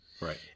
Right